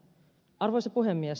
arvoisa puhemies